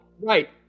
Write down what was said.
Right